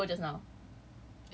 wait so how did it go just now